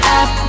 up